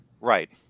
Right